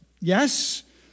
Yes